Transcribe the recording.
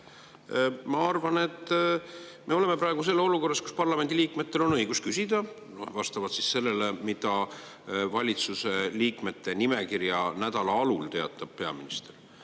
Ma arvan, et me oleme praegu selles olukorras, kus parlamendi liikmetel on õigus küsida vastavalt sellele, millise valitsusliikmete nimekirja nädala alul teatab peaminister.